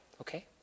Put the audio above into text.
okay